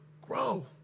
grow